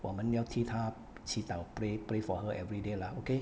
我们要替她祈祷 pray pray for her everyday lah okay